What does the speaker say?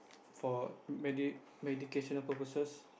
for medi medication purposes